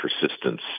persistence